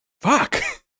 Fuck